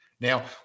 Now